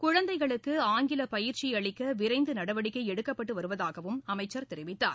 குழந்தைகளுக்கு ஆங்கில பயிற்சி அளிக்க விரைந்து நடவடிக்கை எடுக்கப்பட்டு வருவதாகவும் அமைச்சர் தெரிவித்தார்